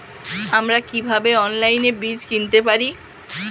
আমরা কীভাবে অনলাইনে বীজ কিনতে পারি?